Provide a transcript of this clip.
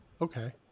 Okay